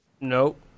Nope